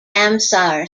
ramsar